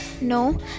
no